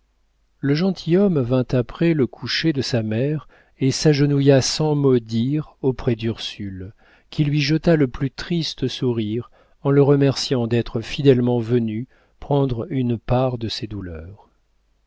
le gentilhomme vint après le coucher de sa mère et s'agenouilla sans mot dire auprès d'ursule qui lui jeta le plus triste sourire en le remerciant d'être fidèlement venu prendre une part de ses douleurs